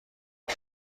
دهم